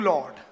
Lord